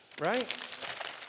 right